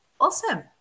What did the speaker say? Awesome